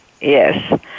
yes